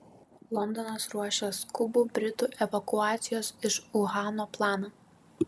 londonas ruošia skubų britų evakuacijos iš uhano planą